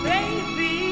Baby